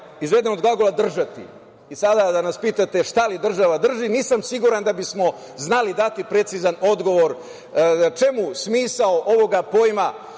izveden od glagola držati. Sada da nas pitate šta li država drži, nisam siguran da bismo znali dati precizan odgovor, čemu smisao ovoga pojma